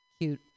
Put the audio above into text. cute